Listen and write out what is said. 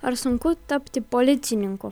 ar sunku tapti policininku